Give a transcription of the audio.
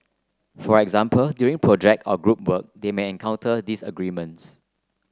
for example during project or group work they may encounter disagreements